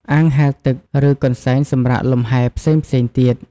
អាងហែលទឹក ឬកន្លែងសម្រាកលំហែផ្សេងៗទៀត។